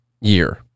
year